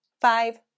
Five